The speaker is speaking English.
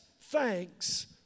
thanks